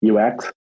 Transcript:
UX